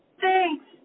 Thanks